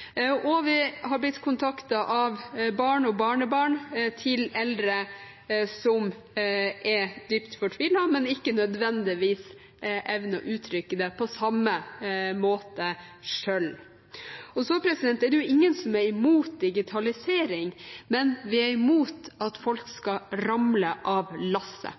og dette var ett av dem. Vi er også blitt kontaktet av barn og barnebarn av eldre som er dypt fortvilet, men som ikke nødvendigvis evner å uttrykke det på samme måte selv. Det er ingen som er imot digitalisering, men vi er imot at folk skal ramle av lasset.